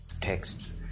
texts